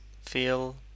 feel